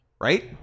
right